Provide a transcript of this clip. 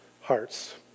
hearts